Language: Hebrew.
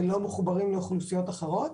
ולא מחוברים לאוכלוסיות אחרות.